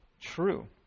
true